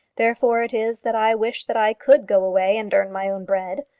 therefore it is that i wish that i could go away and earn my own bread.